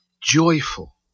joyful